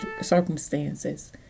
circumstances